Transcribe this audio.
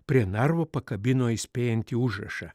prie narvo pakabino įspėjantį užrašą